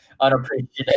unappreciated